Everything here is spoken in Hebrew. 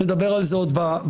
נדבר על זה עוד בעתיד.